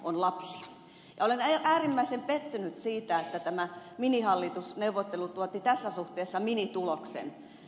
ja olen äärimmäisen pettynyt siitä että tämä minihallitusneuvottelu tuotti tässä suhteessa minituloksen